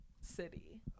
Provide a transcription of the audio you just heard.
city